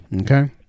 Okay